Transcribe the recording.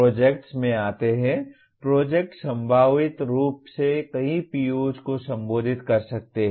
projects में आते है प्रोजेक्ट्स संभावित रूप से कई POs को संबोधित कर सकते हैं